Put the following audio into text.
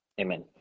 Amen